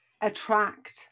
attract